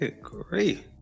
Great